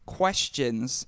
questions